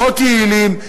כוחות יעילים,